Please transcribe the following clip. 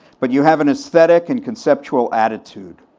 but you have an aesthetic and conceptual attitude,